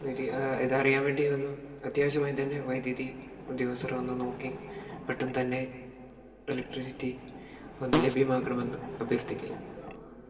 വൈദ്യുതി ഇത് അറിയാൻ വേണ്ടി വന്ന് അത്യാവശ്യമായി തന്നെ വൈദ്യുതി ഉദ്യോഗസ്ഥർ വന്ന് നോക്കി പെട്ടെന്ന് തന്നെ ഇലക്ട്രിസിറ്റി ഒന്ന് ലഭ്യമാക്കണം എന്ന് അഭ്യർത്ഥിക്കുക ആണ്